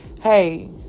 hey